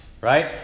right